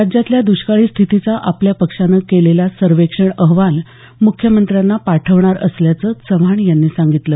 राज्यातल्या द्ष्काळी स्थितीचा आपल्या पक्षानं केलेला सर्वेक्षण अहवाल मुख्यमंत्र्यांना पाठवणार असल्याचंही चव्हाण यांनी सांगितलं